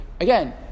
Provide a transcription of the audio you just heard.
Again